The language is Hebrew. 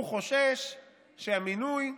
הוא חושש שהמינוי,